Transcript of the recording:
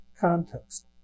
context